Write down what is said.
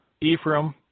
Ephraim